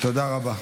תודה רבה.